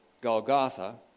Golgotha